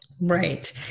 Right